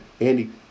Andy